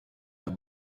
herr